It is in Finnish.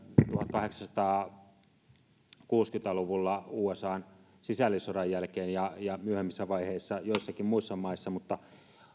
tuhatkahdeksansataakuusikymmentä luvulla usan sisällissodan jälkeen ja ja myöhemmissä vaiheissa joissakin muissa maissa mutta